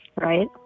Right